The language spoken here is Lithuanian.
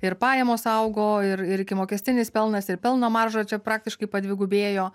ir pajamos augo ir ikimokestinis pelnas ir pelno marža čia praktiškai padvigubėjo